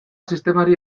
sistemari